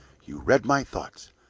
you read my thoughts.